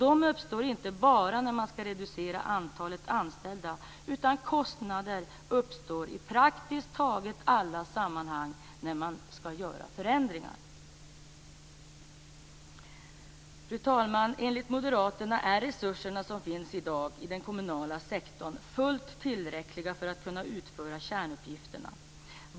De uppstår inte bara när man skall reducera antalet anställda, utan sådana kostnader uppstår i praktiskt taget alla sammanhang när man skall göra förändringar. Fru talman! Enligt moderaterna är resurserna som finns i dag i den kommunala sektorn fullt tillräckliga för att man skall kunna utföra kärnuppgifterna.